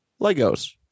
Legos